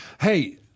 Hey